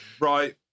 right